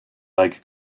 like